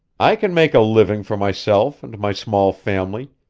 i can make a living for myself and my small family,